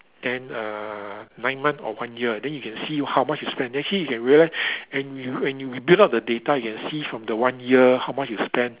then uh nine month or one year then you can see how much you spend actually you can realise when you when you build up the data you can see from the one year how much you spend